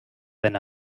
than